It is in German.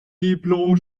diplom